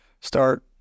start